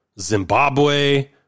Zimbabwe